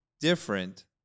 different